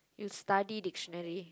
you study dictionary